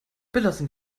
belassen